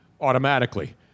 Automatically